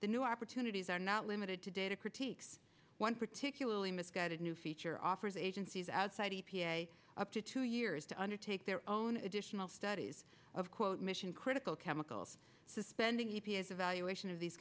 the new opportunities are not limited to data critiques one particularly misguided new feature offers agencies outside e p a up to two years to undertake their own additional studies of quote mission critical chemicals suspending e p a s evaluation of these